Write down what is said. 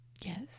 Yes